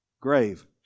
grave